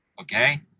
okay